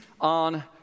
on